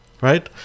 right